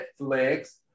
Netflix